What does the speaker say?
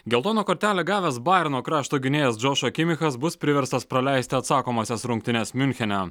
geltoną kortelę gavęs bajerno krašto gynėjas džošua chimikas bus priverstas praleisti atsakomąsias rungtynes miunchene